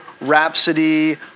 Rhapsody